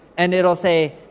and it'll say,